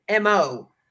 MO